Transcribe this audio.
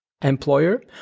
employer